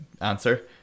answer